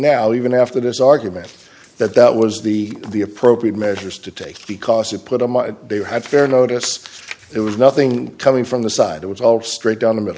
now even after this argument that that was the the appropriate measures to take because you put a high fair notice there was nothing coming from the side it was all straight down